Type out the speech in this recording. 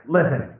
Listen